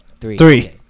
Three